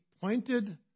pointed